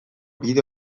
bide